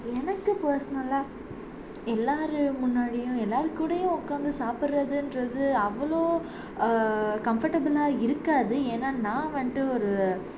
எனக்கு பெர்சனலாக எல்லார் முன்னாடியும் எல்லார்கூடையும் உட்காந்து சாப்பிட்றதுன்றது அவ்வளோ கம்ஃபர்டபிளாக இருக்காது ஏன்னா நான் வந்துட்டு ஒரு